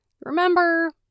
Remember